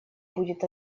будет